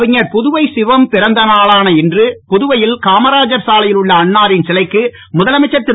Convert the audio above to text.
கவிஞர் புதுவை சிவம் பிறந்தநாளான இன்று புதுவையில் காமராஜர் சாலையில் உள்ள அன்னாரின் சிலைக்கு முதலமைச்சர் திரு